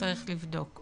צריך לבדוק.